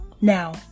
Now